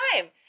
time